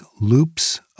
loops